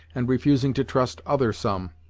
and refusing to trust other some.